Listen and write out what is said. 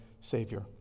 Savior